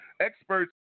Experts